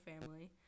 family